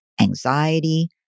Anxiety